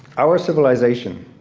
our civilization,